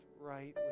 right